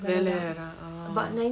வெளயா:velaya orh